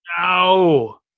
No